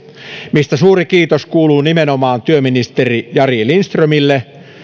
mistä suuri kiitos kuuluu nimenomaan työministeri jari lindströmille